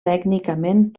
tècnicament